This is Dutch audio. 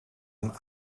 een